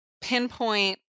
pinpoint